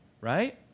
right